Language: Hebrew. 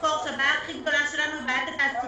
הבעיה הכי גדולה שלנו היא בעיית התעסוקה.